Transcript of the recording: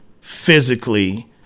physically